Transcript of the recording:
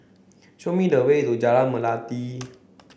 show me the way to Jalan Melati